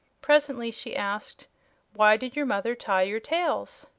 presently she asked why did your mother tie your tails?